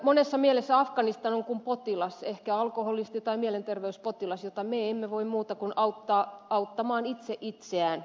monessa mielessä afganistan on kuin potilas ehkä alkoholisti tai mielenterveyspotilas jota me emme voi muuta kuin auttaa auttamaan itse itseään